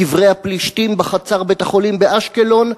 קברי הפלישתים בחצר בית-החולים באשקלון,